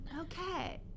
okay